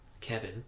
Kevin